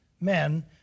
men